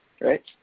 right